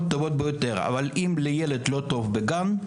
טובות ביותר אבל אם לילד לא טוב בגן,